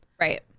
Right